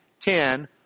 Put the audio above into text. ten